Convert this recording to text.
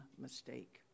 mistake